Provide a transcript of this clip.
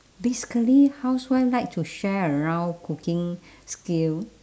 basically housewife like to share around cooking skill